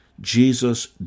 Jesus